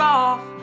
off